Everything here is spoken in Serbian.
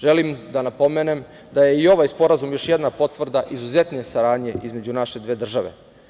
Želim da napomenem da je i ovaj sporazum još jedna potvrda izuzetne saradnje između naše dve države.